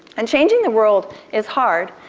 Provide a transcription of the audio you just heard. and changing the world is hard.